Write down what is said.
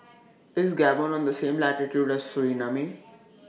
IS Gabon on The same latitude as Suriname